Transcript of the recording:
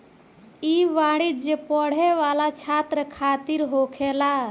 ई वाणिज्य पढ़े वाला छात्र खातिर होखेला